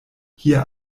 hier